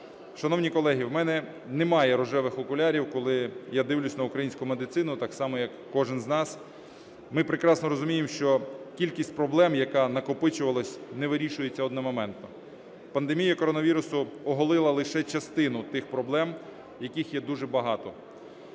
Шановні колеги, у мене немає рожевих окулярів, коли я дивлюся на українську медицину, так само, як кожен з нас. Ми прекрасно розуміємо, що кількість проблем, яка накопичувалась, не вирішується одномоментно. Пандемія коронавірусу оголила лише частину тих проблем, яких є дуже багато.